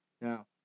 Now